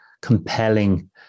compelling